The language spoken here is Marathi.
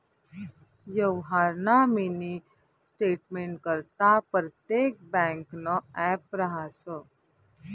यवहारना मिनी स्टेटमेंटकरता परतेक ब्यांकनं ॲप रहास